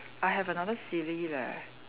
I have another silly leh